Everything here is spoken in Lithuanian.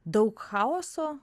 daug chaoso